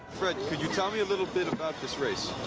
fred, could you tell me a little bit about this race?